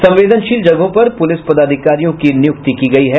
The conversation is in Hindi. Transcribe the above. संवेदनशील जगहों पर पुलिस पदाधिकारियों की नियुक्ति की गयी है